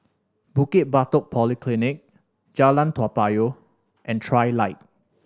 Bukit Batok Polyclinic Jalan Toa Payoh and Trilight